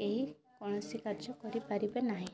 କେହି କୌଣସି କାଯ୍ୟ କରିପାରିବେ ନାହିଁ